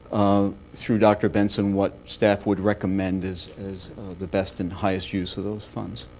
um through dr. benson what staff would recommend is is the best and highest use of those funds.